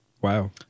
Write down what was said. Wow